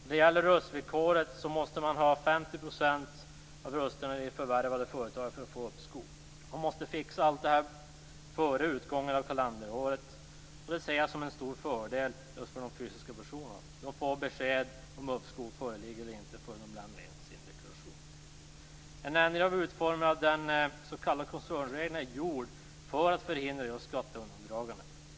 När det gäller röstvillkoret måste man ha 50 % av rösterna i det förvärvade företaget för att få uppskov. Man måste fixa allt detta före utgången av kalenderåret. Det ser jag som en stor fördel just för fysiska personer. De får besked om uppskov föreligger eller inte före det att de lämnar in sina deklarationer. En ändring av utformningen av den s.k. koncernregeln är gjord för att förhindra skatteundandragande.